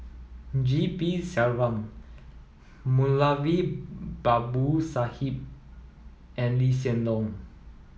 G P Selvam Moulavi Babu Sahib and Lee Hsien Loong